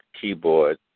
keyboard